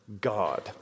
God